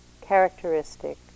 characteristic